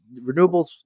Renewables